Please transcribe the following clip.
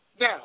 Now